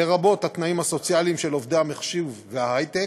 לרבות התנאים הסוציאליים של עובדי המחשוב וההייטק,